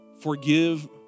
forgive